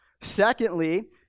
Secondly